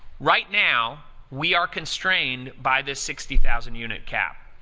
right now, we are constrained by this sixty thousand unit cap.